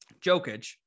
jokic